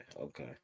okay